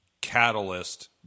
catalyst